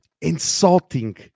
insulting